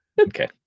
Okay